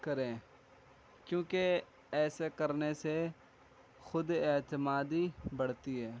کریں کیونکہ ایسے کرنے سے خود اعتمادی بڑھتی ہے